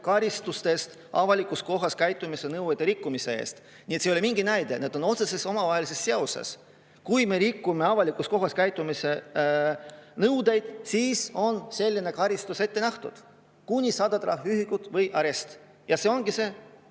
karistustest avalikus kohas käitumise nõuete rikkumise eest. Nii et see ei ole mingi näide, need on otseses omavahelises seoses. Kui me rikume avalikus kohas käitumise nõudeid, siis on ette nähtud karistus: [trahv] kuni 100 trahviühikut või arest. Ja see ongi see